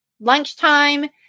Lunchtime